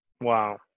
Wow